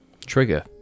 trigger